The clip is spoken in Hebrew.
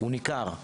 הוא ניכר.